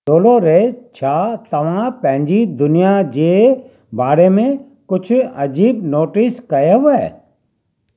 Dolores छा तव्हां पंहिंजी दुनिया जे बारे में कुझु अजीबु नोटिस कयव